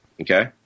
okay